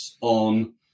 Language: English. on